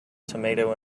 tomato